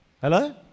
Hello